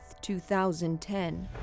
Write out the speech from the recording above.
2010